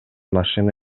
машина